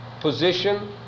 position